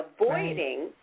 avoiding